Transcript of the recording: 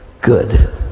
good